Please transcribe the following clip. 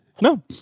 no